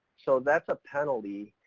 so that's a penalty,